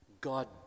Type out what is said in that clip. God